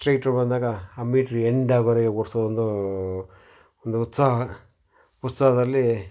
straight road ಬಂದಾಗ ಆ meter ಎಂಡಾಗೋವರೆಗೆ ಓಡ್ಸೋದು ಒಂದು ಒಂದು ಉತ್ಸಾಹ ಉತ್ಸಾಹದಲ್ಲಿ